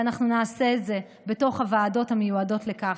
ואנחנו נעשה את זה בתוך הוועדות המיועדות לכך.